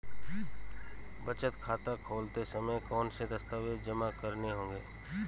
बचत खाता खोलते समय कौनसे दस्तावेज़ जमा करने होंगे?